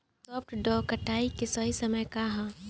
सॉफ्ट डॉ कटाई के सही समय का ह?